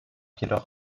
jedoch